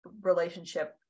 relationship